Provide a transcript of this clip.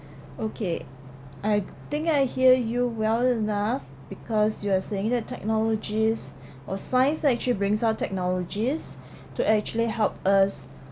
okay I think I hear you well enough because you are saying that technologies or science actually brings out technologies to actually help us